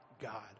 God